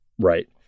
right